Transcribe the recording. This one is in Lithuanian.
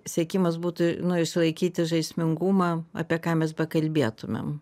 siekimas būtų nu išlaikyti žaismingumą apie ką mes bekalbėtumėm